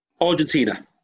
Argentina